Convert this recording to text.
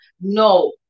No